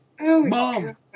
Mom